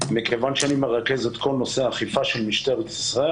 מכיוון שאני מרכז את כל נושא האכיפה של משטרת ישראל,